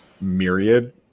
myriad